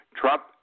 Trump